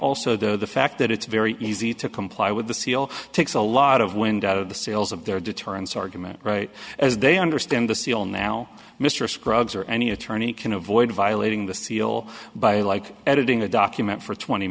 also the fact that it's very easy to comply with the seal takes a lot of wind out of the sails of their deterrence argument right as they understand the seal now mr scruggs or any attorney can avoid violating the seal by like editing a document for twenty